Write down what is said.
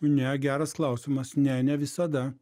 ne geras klausimas ne ne visada